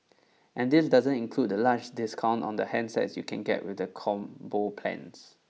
and this doesn't include the large discount on the handsets you can get with the combo plans